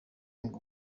ngo